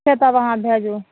ठीक छै तब अहाँ भेजू